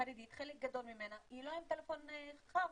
חלק גדול ממנה היא לא עם טלפון חכם.